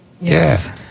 Yes